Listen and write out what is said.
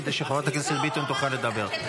כדי שחברת הכנסת ביטון תוכל לדבר.